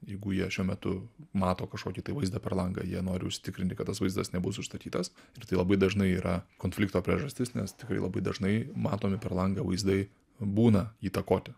jeigu jie šiuo metu mato kažkokį tai vaizdą per langą jie nori užsitikrinti kad tas vaizdas nebus užstatytas ir tai labai dažnai yra konflikto priežastis nes tikrai labai dažnai matomi per langą vaizdai būna įtakoti